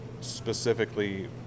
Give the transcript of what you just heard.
specifically